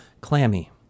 clammy